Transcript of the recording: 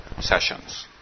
sessions